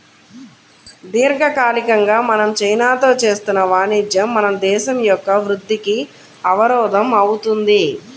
దీర్ఘకాలికంగా మనం చైనాతో చేస్తున్న వాణిజ్యం మన దేశం యొక్క వృద్ధికి అవరోధం అవుతుంది